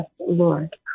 Lord